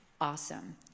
awesome